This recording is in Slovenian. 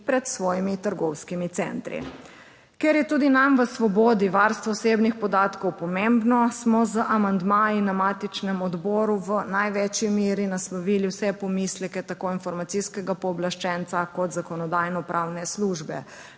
pred svojimi trgovskimi centri. Ker je tudi nam v Svobodi varstvo osebnih podatkov pomembno, smo z amandmaji na matičnem odboru v največji meri naslovili vse pomisleke, tako informacijskega pooblaščenca, kot Zakonodajno-pravne službe.